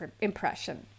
impression